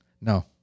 No